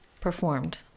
performed